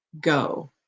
go